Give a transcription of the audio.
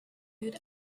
good